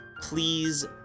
please